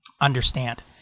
understand